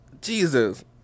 Jesus